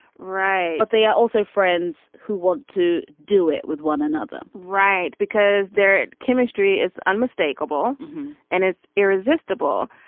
right. but they are also friends who want to do it with one another right. because their chemistry is unmistakable and it's irresistible.